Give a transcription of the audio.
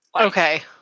Okay